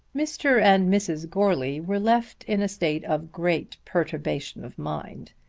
mr. and mrs. goarly were left in a state of great perturbation of mind.